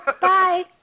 Bye